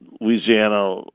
Louisiana